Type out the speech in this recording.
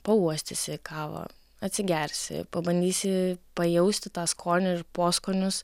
pauostysi kavą atsigersi pabandysi pajausti tą skonį ir poskonius